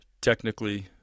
technically